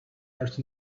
art